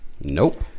Nope